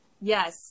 Yes